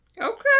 Okay